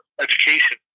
education